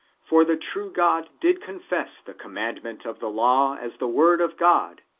for the true god did confess the commandment of the law as the word of god,